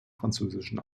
französischen